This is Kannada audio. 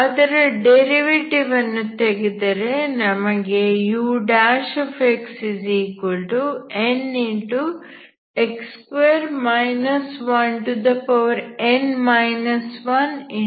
ಅದರ ಡೆರಿವೆಟಿವ್ ಅನ್ನು ತೆಗೆದರೆ ನಮಗೆ unx2 1n 1